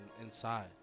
inside